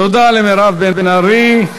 תודה למירב בן ארי.